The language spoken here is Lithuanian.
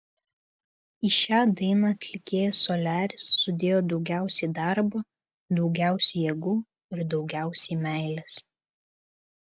į šią dainą atlikėjas soliaris sudėjo daugiausiai darbo daugiausiai jėgų ir daugiausiai meilės